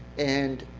and